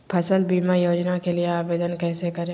फसल बीमा योजना के लिए आवेदन कैसे करें?